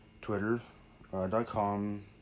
twitter.com